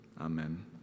Amen